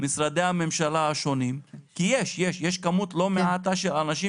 ומצד שלישי יש מפעל הזנה.